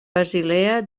basilea